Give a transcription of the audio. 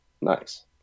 Nice